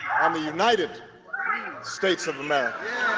on the united states of america.